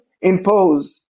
impose